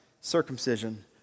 circumcision